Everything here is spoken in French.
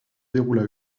déroula